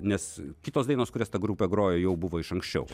nes kitos dainos kurias ta grupė grojo jau buvo iš anksčiau